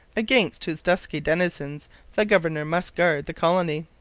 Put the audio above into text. against whose dusky denizens the governor must guard the colony.